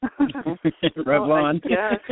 Revlon